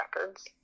records